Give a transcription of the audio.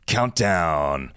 Countdown